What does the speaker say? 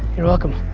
you're welcome.